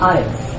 ice